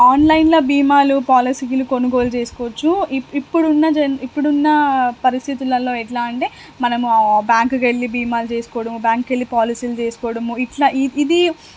ఆన్లైన్లో భీమాలు పాలసీలు కొనుగోలు చేసుకోవచ్చు ఇప్పుడు ఇప్పుడు ఉన్న జన్ ఇప్పుడు ఉన్న పరిస్థితులల్లో ఎలా అంటే మనము బ్యాంక్కి వెళ్ళి భీమాలు చేసుకోవడము బ్యాంక్కి వెళ్ళి పాలసీలు చేసుకోవడము ఇలా ఇ ఇది